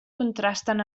contrasten